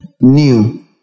new